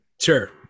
Sure